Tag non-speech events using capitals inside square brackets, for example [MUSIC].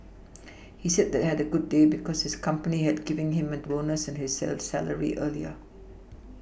he said that had a good day because his company had giving him a bonus and his [UNINTELLIGIBLE] salary early